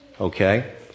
Okay